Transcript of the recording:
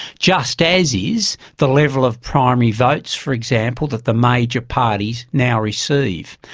just as is the level of primary votes, for example, that the major parties now receive.